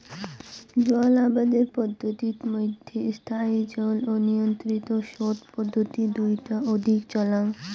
জল আবাদের পদ্ধতিত মইধ্যে স্থায়ী জল ও নিয়ন্ত্রিত সোত পদ্ধতি দুইটা অধিক চলাং